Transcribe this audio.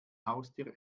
haustier